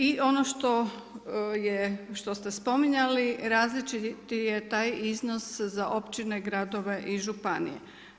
I ono što ste spominjali različiti je taj iznos za općine, gradove i županije.